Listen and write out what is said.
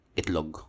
itlog